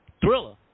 Thriller